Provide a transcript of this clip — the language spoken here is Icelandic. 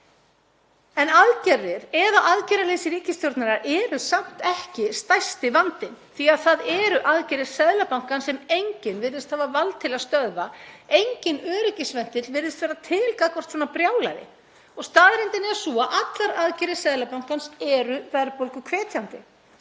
En aðgerðir eða aðgerðaleysi ríkisstjórnarinnar er samt ekki stærsti vandinn, því að það eru aðgerðir Seðlabankans sem enginn virðist hafa vald til að stöðva og enginn öryggisventill virðist vera til gagnvart svona brjálæði. Staðreyndin er sú að allar aðgerðir Seðlabankans eru verðbólguhvetjandi.